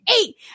eight